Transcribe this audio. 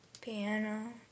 piano